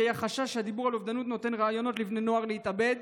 כי היה חשש שהדיבור על אובדנות נותן רעיונות לבני נוער להתאבד,